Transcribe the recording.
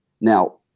Now